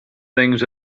things